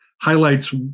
highlights